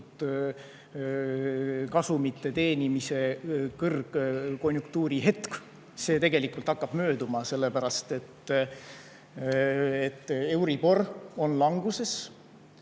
kasumite teenimise kõrgkonjunktuuri hetk hakkab tegelikult mööduma, sellepärast et euribor on languses.